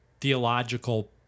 theological